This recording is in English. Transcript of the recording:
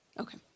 Okay